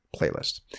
playlist